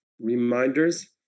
reminders